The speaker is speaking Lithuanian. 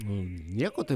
nu nieko tai